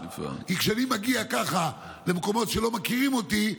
כי כשאני מגיע ככה למקומות שבהם לא מכירים אותי,